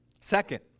second